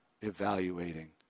evaluating